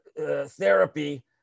therapy